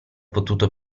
potuto